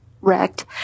wrecked